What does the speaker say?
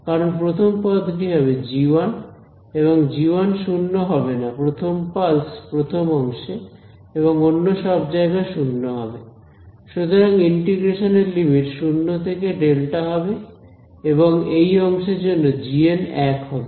কারণ প্রথম পদটি হবে g1 এবং g1 শূন্য হবে না প্রথম পালস প্রথম অংশে এবং অন্য সব জায়গায় 0 হবে সুতরাং ইন্টিগ্রেশন এর লিমিট শূন্য থেকে Δ হবে এবং এই অংশের জন্য gn এক হবে